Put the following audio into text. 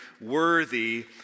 worthy